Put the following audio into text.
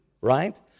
Right